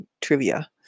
trivia